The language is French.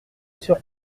sur